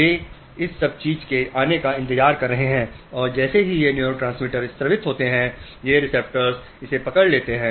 वे इस चीज के आने का इंतजार कर रहे हैं और जैसे ही ये न्यूरोट्रांसमीटर स्रावित होते हैं ये रिसेप्टर्स इसे पकड़ लेते हैं